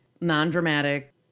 non-dramatic